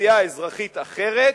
אוכלוסייה אזרחית אחרת,